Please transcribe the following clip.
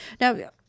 Now